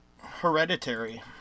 Hereditary